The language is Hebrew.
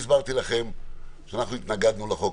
הסברתי לכם שהתנגדנו לחוק,